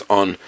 on